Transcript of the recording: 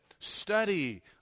Study